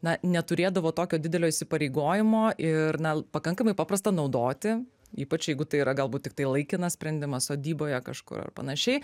na neturėdavo tokio didelio įsipareigojimo ir na pakankamai paprasta naudoti ypač jeigu tai yra galbūt tiktai laikinas sprendimas sodyboje kažkur ar panašiai